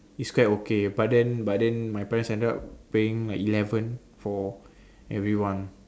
is quite okay but then but then my parents ended up paying like eleven for everyone